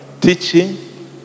Teaching